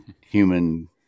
human